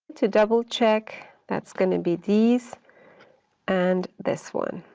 to double check, that's going to be these and this one.